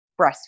breastfeeding